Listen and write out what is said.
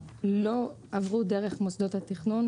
לא עברו דרך מוסדות התכנון.